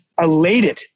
elated